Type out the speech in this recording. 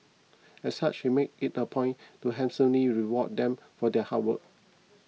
as such he makes it a point to handsomely reward them for their hard work